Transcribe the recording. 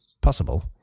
possible